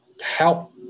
help